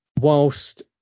whilst